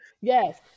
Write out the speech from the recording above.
yes